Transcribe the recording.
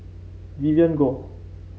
Vivien Goh